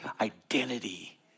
identity